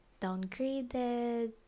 downgraded